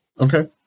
Okay